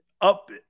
up